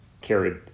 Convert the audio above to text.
carried